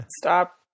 Stop